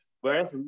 whereas